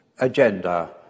agenda